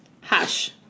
Hush